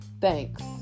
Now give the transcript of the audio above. thanks